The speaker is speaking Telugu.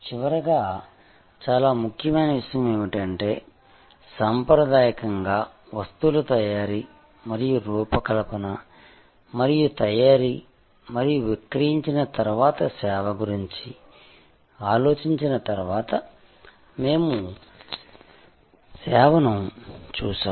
చివరగా చాలా ముఖ్యమైన విషయం ఏమిటంటే సాంప్రదాయకంగా వస్తువుల తయారీ మరియు రూపకల్పన మరియు తయారీ మరియు విక్రయించిన తర్వాత సేవ గురించి ఆలోచించిన తర్వాత మేము సేవను చూశాము